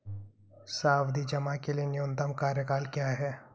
सावधि जमा के लिए न्यूनतम कार्यकाल क्या है?